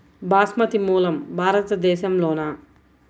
బాస్మతి మూలం భారతదేశంలోనా?